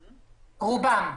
רובן.